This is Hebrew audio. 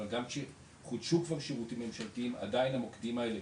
אבל גם כשחודשו כבר שירותים ממשלתיים עדיין המוקדים האלה